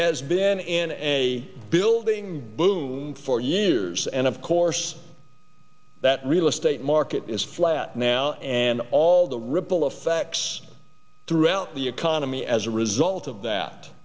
has been in a building boom for years and of course that real estate market is flat now and all the ripple effects throughout the economy as a result of